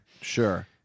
Sure